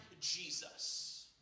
Jesus